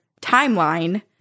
timeline